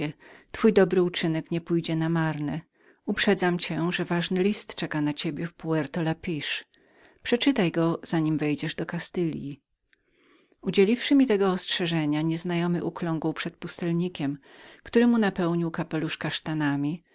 twój dobry uczynek nie będzie straconym uprzedzam cię że ważny list czeka na ciebie w puerto lapicha przeczytaj go zanim wejdziesz do kastylji udzieliwszy mi to ostrzeżenie nieznajomy ukląkł przed pustelnikiem który mu napełnił kapelusz kasztanami